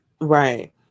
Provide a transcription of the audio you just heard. Right